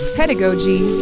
pedagogy